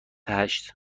هشت